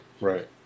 right